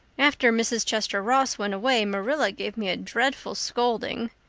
after mrs. chester ross went away, marilla gave me a dreadful scolding.